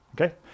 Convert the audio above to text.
Okay